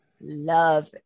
love